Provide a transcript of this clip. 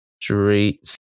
streets